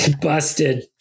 Busted